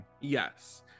Yes